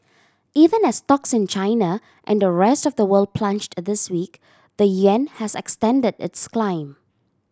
even as stocks in China and the rest of the world plunged a this week the yuan has extended its climb